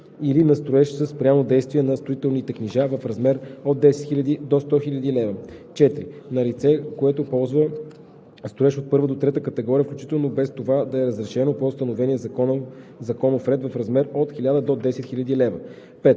или на строеж със спряно действие на строителните книжа – в размер от 10 000 до 100 000 лв.; 4. на лице, което ползва строеж от първа до трета категория включително, без това да е разрешено по установения законов ред – в размер от 1000 до 10 000 лв.; 5.